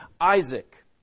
Isaac